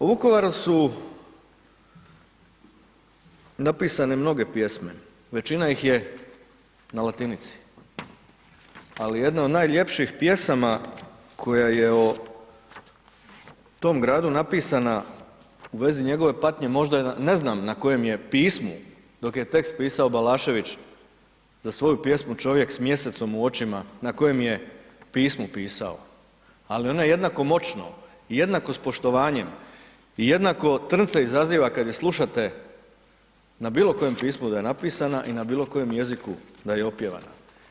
O Vukovaru su napisane mnoge pjesme, većina ih je na latinici ali jedna od najljepših pjesama koja je o tom gradu napisana u vezi njegove patnje možda je, ne znam na kojem je pismu dok je tekst pisao Balažević za svoju pjesmu čovjek s mjesecom u očima na kojem je pismu pisao ali ona jednako moćno i jednako sa poštovanjem i jednako trnce izaziva kada je slušate na bilo kojem pismu da je napisana i na bilo kojem jeziku da je opjevana.